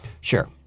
Sure